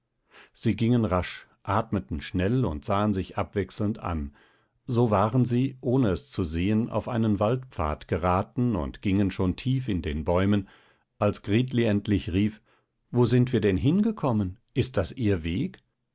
sie gingen rasch atmeten schnell und sahen sich abwechselnd an so waren sie ohne es zu sehen auf einen waldpfad geraten und gingen schon tief in den bäumen als gritli endlich rief wo sind wir denn hingekommen ist das ihr weg